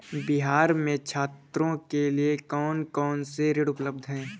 बिहार में छात्रों के लिए कौन कौन से ऋण उपलब्ध हैं?